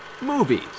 movies